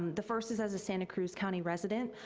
the first is as a santa cruz county resident.